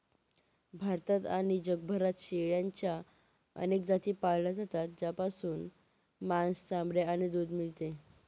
भारतात आणि जगभरात शेळ्यांच्या अनेक जाती पाळल्या जातात, ज्यापासून मांस, चामडे आणि दूध मिळते